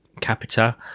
Capita